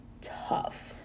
tough